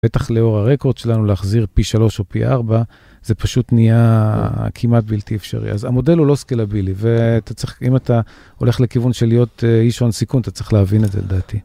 בטח לאור הרקורד שלנו להחזיר פי שלוש או פי ארבע זה פשוט נהיה כמעט בלתי אפשרי. אז המודל הוא לא סקלבילי ואתה צריך, אם אתה הולך לכיוון של להיות איש הון סיכון, אתה צריך להבין את זה, לדעתי.